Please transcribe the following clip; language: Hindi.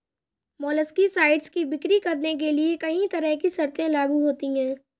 मोलस्किसाइड्स की बिक्री करने के लिए कहीं तरह की शर्तें लागू होती है